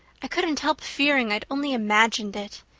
i couldn't help fearing i'd only imagined it.